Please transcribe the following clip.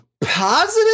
positive